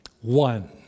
One